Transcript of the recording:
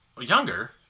Younger